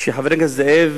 שחבר הכנסת זאב